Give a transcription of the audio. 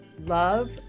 love